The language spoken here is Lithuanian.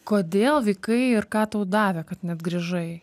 kodėl vaikai ir ką tau davė kad net grįžai